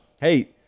Hey